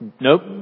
nope